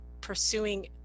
pursuing